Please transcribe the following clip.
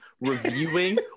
reviewing